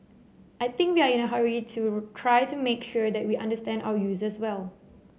I think we are in a hurry to try to make sure that we understand our users well